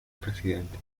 presidente